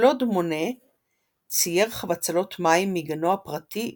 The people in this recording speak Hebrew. קלוד מונה צייר חבצלות מים מגנו הפרטי בג'יברני.